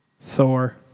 Thor